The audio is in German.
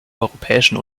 europäischen